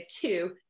two